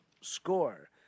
score